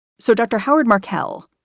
so dr. howard markel,